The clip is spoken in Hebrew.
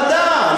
שר המדע,